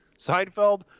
Seinfeld